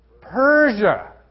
Persia